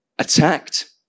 Attacked